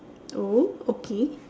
oh okay